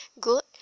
good